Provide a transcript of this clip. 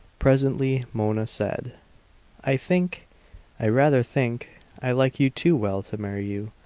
presently mona said i think i rather think i like you too well to marry you.